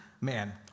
Man